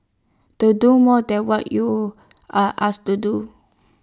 don't do more than what you are asked to do